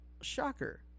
shocker